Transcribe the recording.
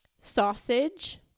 sausage